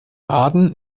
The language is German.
aden